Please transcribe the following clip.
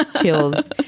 Chills